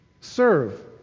Serve